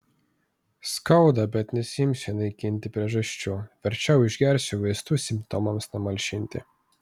skauda bet nesiimsiu naikinti priežasčių verčiau išgersiu vaistų simptomams numalšinti